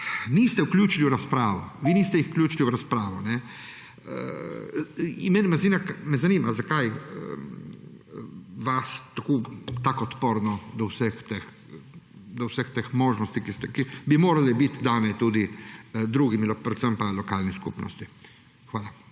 niste vključili v razpravo. Jih Vi niste vključili v razpravo. Zanima me: Zakaj vas tak odpor do vseh teh možnosti, ki bi morale biti dane tudi drugim, predvsem pa lokalni skupnosti? Hvala.